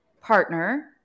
partner